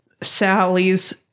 Sally's